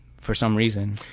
for some reason.